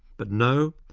but no,